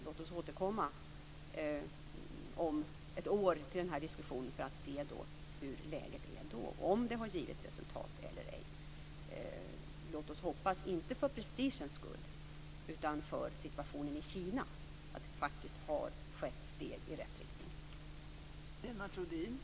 Låt oss återkomma till den här diskussionen om ett år för att se hur läget är då, om det har givit resultat eller ej. Låt oss hoppas, inte för prestigens skull utan för situationen i Kina, att det har tagits steg i rätt riktning.